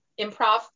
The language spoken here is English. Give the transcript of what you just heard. improv